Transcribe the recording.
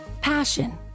Passion